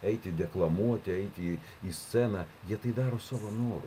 eiti deklamuoti eiti į sceną jie tai daro savo noru